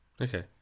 okay